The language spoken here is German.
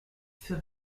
für